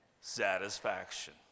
Satisfaction